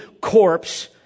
corpse